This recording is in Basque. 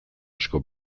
asko